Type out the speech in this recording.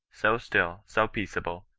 so still, so peaceable,